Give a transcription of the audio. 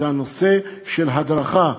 וזה הנושא של הדרכה.